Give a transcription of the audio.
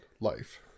life